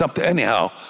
Anyhow